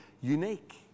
unique